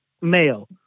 male